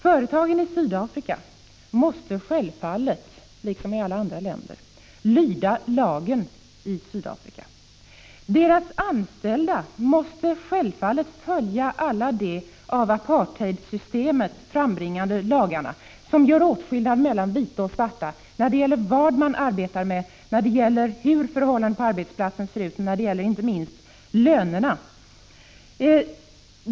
Företag i Sydafrika måste självfallet lyda lagen i Sydafrika. Deras anställda måste självfallet följa alla de av apartheidsystemet skapade lagarna som gör åtskillnad mellan vita och svarta när det gäller vad de arbetar med, hurdana förhållandena på arbetsplatserna är och inte minst lönerna.